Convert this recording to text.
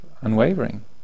unwavering